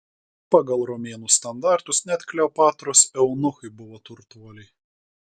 pagal romėnų standartus net kleopatros eunuchai buvo turtuoliai